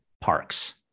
parks